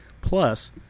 Plus